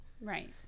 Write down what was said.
Right